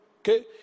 Okay